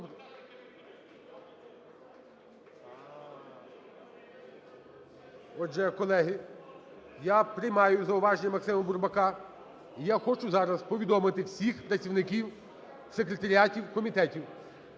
Отже, колеги, я приймаю зауваження Максима Бурбака. Я хочу зараз повідомити всіх працівників секретаріатів комітетів